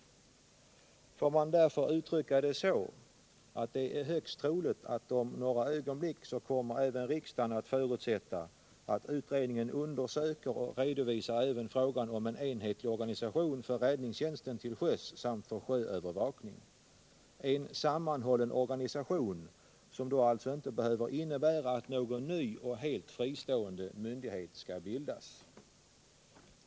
Låt mig därför uttrycka det så, att det är högst troligt att om några ögonblick kommer även kammaren att förutsätta att utredningen undersöker och redovisar också frågan om en enhetlig organisation för räddningstjänsten till sjöss samt för sjöövervakning — en sammanhållen organisation, som då alltså inte behöver innebära att någon ny och helt fristående myndighet skall bildas.